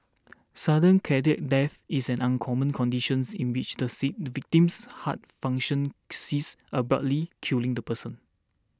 sudden cardiac death is an uncommon conditions in which the same the victim's heart function ceases abruptly killing the person